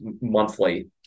monthly